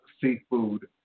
seafood